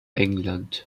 england